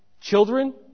children